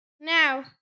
Now